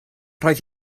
roedd